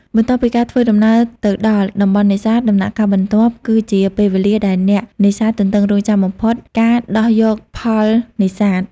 បន្ទាប់ពីការធ្វើដំណើរទៅដល់តំបន់នេសាទ ដំណាក់កាលបន្ទាប់គឺជាពេលវេលាដែលអ្នកនេសាទទន្ទឹងរង់ចាំបំផុត ការដោះយកផលនេសាទ។